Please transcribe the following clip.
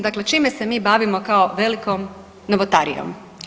Dakle, čime se mi bavimo kao velikom novotarijom.